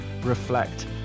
reflect